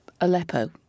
Aleppo